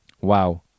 Wow